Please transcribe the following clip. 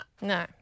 No